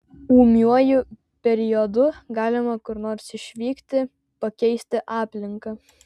ūmiuoju periodu galima kur nors išvykti pakeisti aplinką